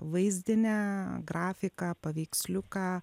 vaizdine grafika paveiksliuką